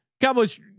Cowboys